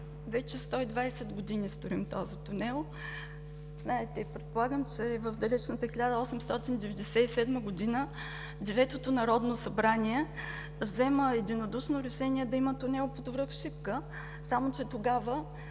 вече 120 години строим този тунел. Знаете, предполагам, че в далечната 1897 г. Деветото народно събрание взема единодушно решение да има тунел под връх Шипка, само че тогава